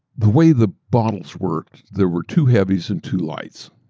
the way the bottles worked, there were two heavies and two lights,